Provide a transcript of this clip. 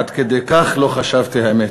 עד כדי כך לא חשבתי, האמת.